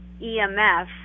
EMF